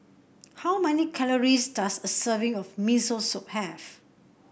how many calories does a serving of Miso Soup have